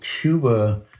Cuba